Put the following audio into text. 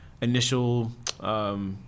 initial